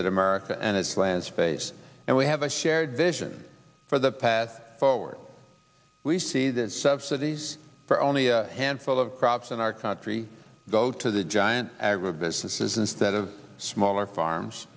that america and its plans face and we have a shared vision for the path forward we see that subsidies for only a handful of crops in our country go to the giant agribusiness is instead of smaller farms